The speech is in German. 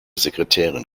sekretärin